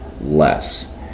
less